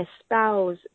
espouse